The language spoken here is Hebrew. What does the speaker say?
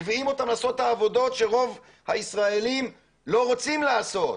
מביאים אותן לעשות את העבודות שרוב הישראלים לא רוצים לעשות,